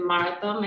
Martha